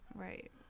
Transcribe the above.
Right